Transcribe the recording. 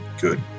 good